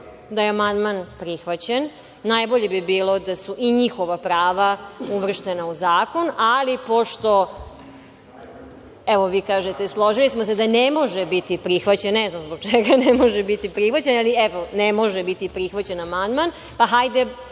da je amandman prihvaćen, najbolje bi bilo da su i njihova prava uvrštena u zakon, ali pošto, evo, vi kažete – složili smo se da ne može biti prihvaćen, ne znam zbog čega ne može biti prihvaćen, ali evo, ne može biti prihvaćen amandman, pa, hajde